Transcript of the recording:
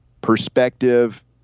perspective